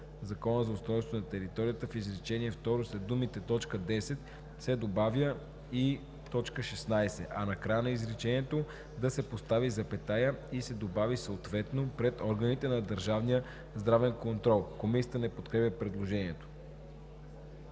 Закона за устройство на територията в изречение второ след думите „т. 10“ се добавя „и т. 16“, а накрая на изречението да се постави запетая и се добавя „съответно пред органите на държавния здравен контрол.“ Комисията не подкрепя предложението.